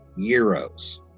euros